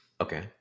Okay